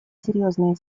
серьезные